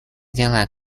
дела